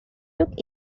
took